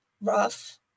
rough